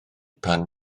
pan